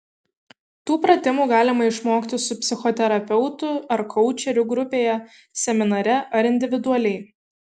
tų pratimų galima išmokti su psichoterapeutu ar koučeriu grupėje seminare ar individualiai